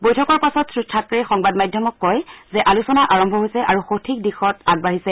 বৈঠকৰ পাছত শ্ৰীথাকৰেই সংবাদমাধ্যমক কয় যে আলোচনা আৰম্ভ হৈছে আৰু সঠিক দিশত আগবাঢ়িছে